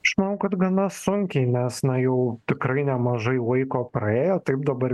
aš manau kad gana sunkiai nes na jau tikrai nemažai laiko praėjo taip dabar